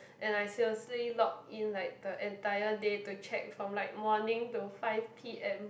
and I seriously log in like the entire day to check from like morning to five P_M